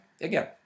again